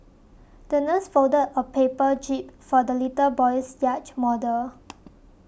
the nurse folded a paper jib for the little boy's yacht model